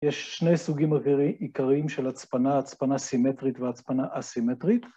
יש שני סוגים עיקריים של הצפנה, הצפנה סימטרית והצפנה אסימטרית.